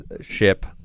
ship